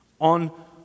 on